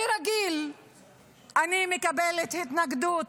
כרגיל אני מקבלת התנגדות